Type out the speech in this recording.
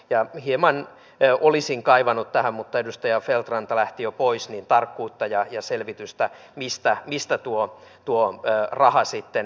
ja hieman olisin kaivannut tähän mutta edustaja feldt ranta lähti jo pois tarkkuutta ja selvitystä mistä tuo raha sitten kertyy